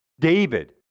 David